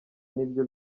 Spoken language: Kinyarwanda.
nibyo